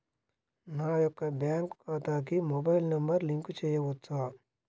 నా యొక్క బ్యాంక్ ఖాతాకి మొబైల్ నంబర్ లింక్ చేయవచ్చా?